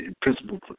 principle